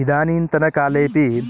इदानींतन कालेऽपि